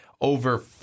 over